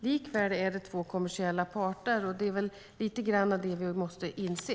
Likväl är det två kommersiella parter, och det är väl lite grann det vi måste inse.